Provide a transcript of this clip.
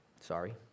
Sorry